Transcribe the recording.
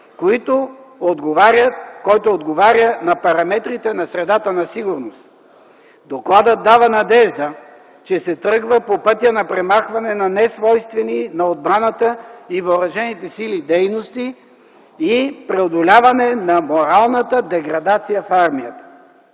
който отговаря на параметрите на средата на сигурност. Докладът дава надежда, че се тръгва по пътя на премахване на несвойствени на отбраната и Въоръжените сили дейности и преодоляване на моралната деградация в армията.